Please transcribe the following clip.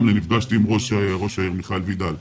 נפגשתי עם ראש העיר רמלה, מיכאל וידל.